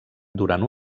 durant